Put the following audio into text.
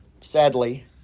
sadly